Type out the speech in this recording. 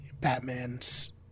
Batman's